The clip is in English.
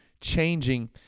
changing